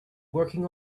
working